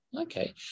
Okay